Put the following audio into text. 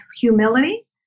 humility